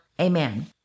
Amen